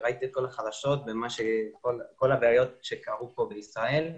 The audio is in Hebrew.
צפיתי בחדשות וראיתי את הבעיות שהיו בישראל.